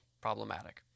problematic